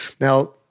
now